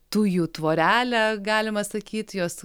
tujų tvorelę galima sakyti jos